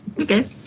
Okay